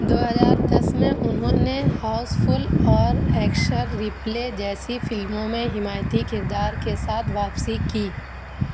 دو ہزار دس میں انہوں نے ہاؤس فل اور ایکشر رپلے جیسی فلموں میں حمایتی کردار کے ساتھ واپسی کی